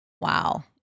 Wow